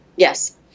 Yes